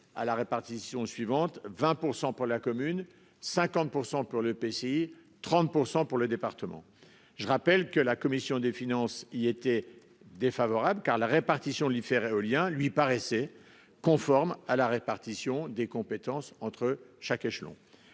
à la répartition suivante, 20% pour la commune, 50% pour le PCI, 30% pour le département. Je rappelle que la commission des finances, il était défavorable car la répartition éolien lui paraissait conforme à la répartition des compétences entre chaque échelon.